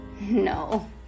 No